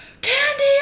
candy